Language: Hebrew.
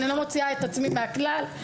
אני לא מוציאה את עצמי מהכלל,